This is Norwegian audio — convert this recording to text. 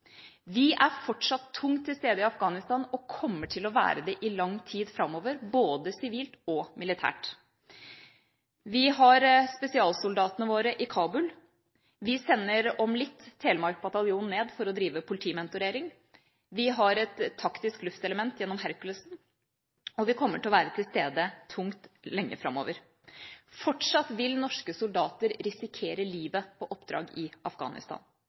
Vi er fortsatt tungt til stede i Afghanistan og kommer til å være det i lang tid framover, både sivilt og militært. Vi har spesialsoldatene våre i Kabul, vi sender om litt Telemark bataljon ned for å drive politimentorering, vi har et taktisk luftelement gjennom Hercules-flyet, og vi kommer til å være tungt til stede lenge framover. Fortsatt vil norske soldater risikere livet på oppdrag i Afghanistan.